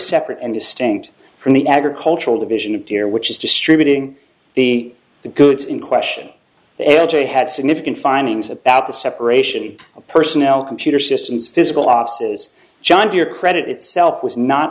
separate and distinct from the agricultural division of deer which is distributing the the goods in question ajay had significant findings about the separation of personnel computer systems physical obstacles john deere credit itself was not